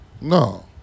No